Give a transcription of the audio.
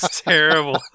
terrible